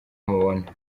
amubona